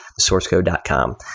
sourcecode.com